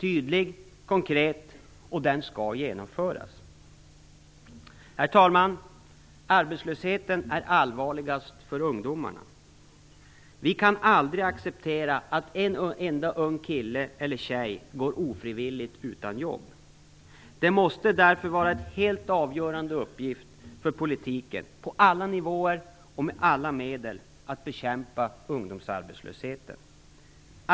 Den är tydlig och konkret, och den skall genomföras. Herr talman! Arbetslösheten är allvarligast för ungdomarna. Det måste därför vara en helt avgörande uppgift för politiken på alla nivåer att med alla medel bekämpa ungdomsarbetslösheten.